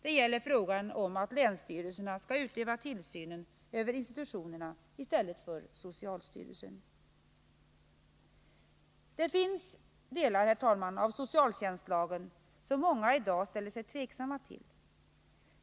Det gäller frågan om att länsstyrelserna skall utöva tillsynen över institutionerna i stället för socialstyrelsen. Det finns, herr talman, delar av socialtjänstlagen som många i dag ställer sig tveksamma till.